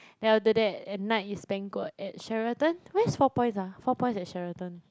then after that at night is banquet at Sheraton where's four points ah four points at Sheraton